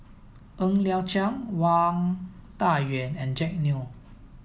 Ng Liang Chiang Wang Dayuan and Jack Neo